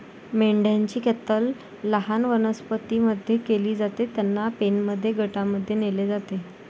मेंढ्यांची कत्तल लहान वनस्पतीं मध्ये केली जाते, त्यांना पेनमध्ये गटांमध्ये नेले जाते